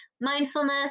mindfulness